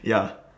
ya